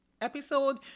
episode